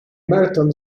merton